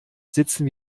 sitzen